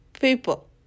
People